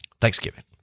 thanksgiving